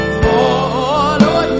follow